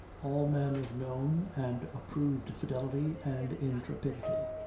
all men of known and approved fidelity and intrepidity.